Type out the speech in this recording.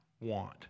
want